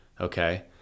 okay